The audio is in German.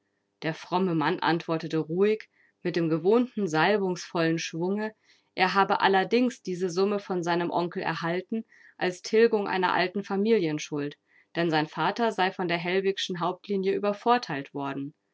der fromme mann antwortete ruhig mit dem gewohnten salbungsvollen schwunge er habe allerdings diese summe von seinem onkel erhalten als tilgung einer alten familienschuld denn sein vater sei von der hellwigschen hauptlinie übervorteilt worden